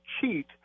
cheat